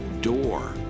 door